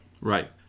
Right